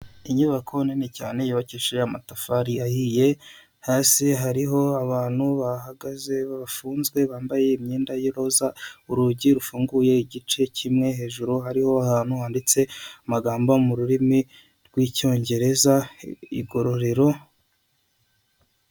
Inyubako nini cyane yubakishije amatafari ahiye, hasi hariho abantu bahagaze bafunzwe bambaye imyenda y'iroza. Urugi rufunguye igice kimwe hejuru hariho ahantu handitse amagambo mu rurimi rw'Icyongereza igororero.